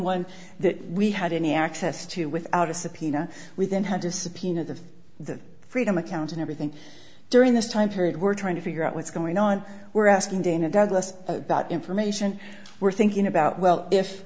one that we had any access to without a subpoena we then had to subpoena the the freedom account and everything during this time period we're trying to figure out what's going on we're asking dana douglas about information we're thinking about well if